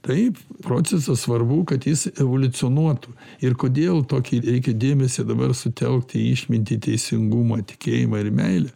taip procesas svarbu kad jis evoliucionuotų ir kodėl tokį reikia dėmesį dabar sutelkt į išmintį teisingumą tikėjimą ir meilę